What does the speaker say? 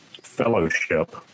fellowship